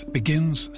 begins